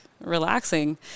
relaxing